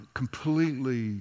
completely